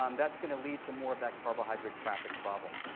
um that's going to lead to more of that carbohydrate traffic problem.